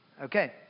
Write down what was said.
Okay